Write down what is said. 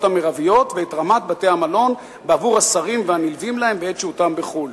המרביות ואת רמת בתי-המלון בעבור השרים והנלווים להם בעת שהותם בחו"ל."